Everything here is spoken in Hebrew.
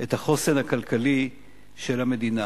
את החוסן הכלכלי של המדינה.